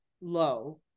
low